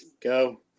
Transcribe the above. go